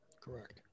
Correct